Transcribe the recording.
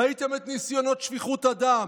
ראיתם את ניסיונות שפיכות הדם,